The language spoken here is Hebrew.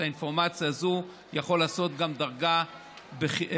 את האינפורמציה הזאת יכול לתת גם מדרגה פחותה,